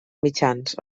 mitjans